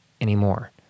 anymore